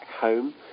home